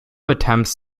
attempts